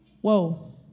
Whoa